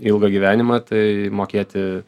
ilgą gyvenimą tai mokėti